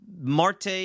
Marte